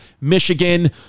Michigan